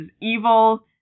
evil